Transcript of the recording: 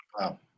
Wow